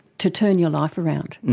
to turn your life around?